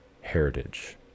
heritage